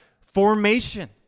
formation